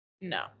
No